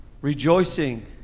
rejoicing